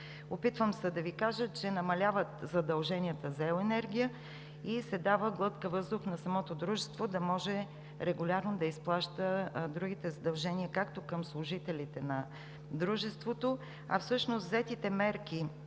Опитвам се да Ви кажа, че намаляват задълженията за ел. енергия и се дава глътка въздух на самото дружество, за да може регулярно да изплаща другите задължения, както към служителите на дружеството. Всъщност взетите мерки